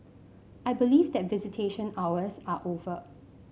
I believe that visitation hours are over